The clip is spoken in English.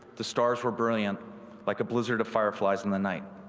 the stars were brilliant like a blizzard of fire flies in the night.